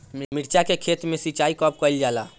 मिर्चा के खेत में सिचाई कब कइल जाला?